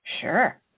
Sure